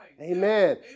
Amen